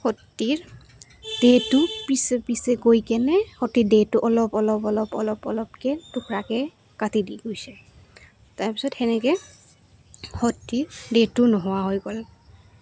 সতিৰ দেহটো পিচ পিচকৈ কেনে সতী দেহটো অলপ অলপ অলপ অলপ অলপকৈ টুকুৰাকৈ কাটি দি গৈছে তাৰ পিছত সেনেকৈ সতীৰ দেহটো নোহোৱা হৈ গ'ল